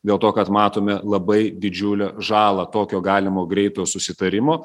dėl to kad matome labai didžiulę žalą tokio galimo greito susitarimo